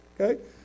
okay